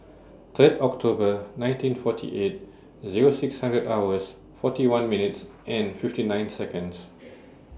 Third October nineteen forty eight Zero six hundred hours forty one minutes and fifty nine Seconds